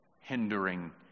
hindering